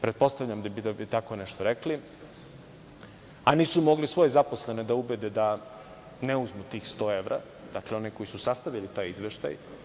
Pretpostavljam da bi tako nešto rekli, a nisu mogli svoje zaposlene da ubede da ne uzmu tih 100 evra, dakle one koji su sastavili taj izveštaj.